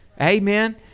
Amen